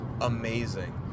Amazing